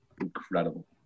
Incredible